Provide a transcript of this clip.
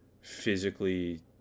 physically